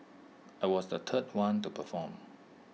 I was the third one to perform